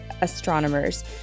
astronomers